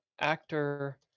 actor